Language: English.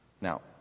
Now